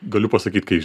galiu pasakyt kai